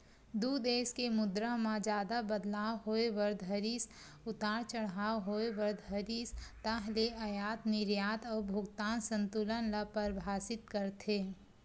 दू देस के मुद्रा म जादा बदलाव होय बर धरिस उतार चड़हाव होय बर धरिस ताहले अयात निरयात अउ भुगतान संतुलन ल परभाबित करथे